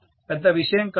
పెద్ద విషయం కాదు